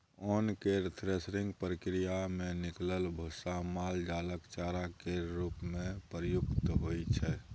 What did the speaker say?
ओन केर थ्रेसिंग प्रक्रिया मे निकलल भुस्सा माल जालक चारा केर रूप मे प्रयुक्त होइ छै